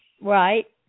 right